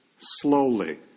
slowly